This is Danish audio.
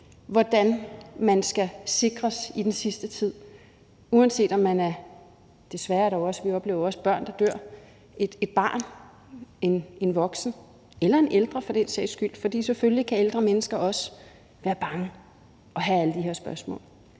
hvordan man skal sikres i den sidste tid, uanset om man er et barn – desværre oplever vi jo også børn, der dør – en voksen eller for den sags skyld en ældre, for selvfølgelig kan ældre mennesker også være bange og have alle de her spørgsmål.